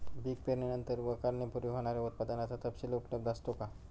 पीक पेरणीनंतर व काढणीपूर्वी होणाऱ्या उत्पादनाचा तपशील उपलब्ध असतो का?